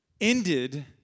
ended